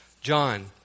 John